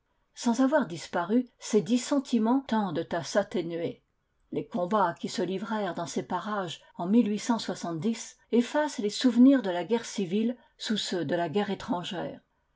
sans avoir disparu ces dissentiments tendent à s'atténuer les coinbats qui se livrèrent dans ces parages en effacent les souvenirs de la guerre civile sous ceux de la guerre étrangère